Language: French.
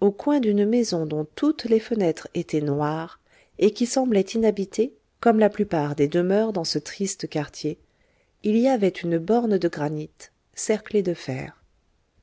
au coin d'une maison dont toutes les fenêtres étaient noires et qui semblait inhabitée comme la plupart des demeures dans ce triste quartier il y avait une borne de granit cerclée de fer